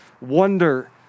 wonder